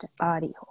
audio